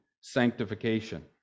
sanctification